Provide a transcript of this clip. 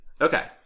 Okay